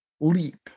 leap